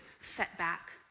setback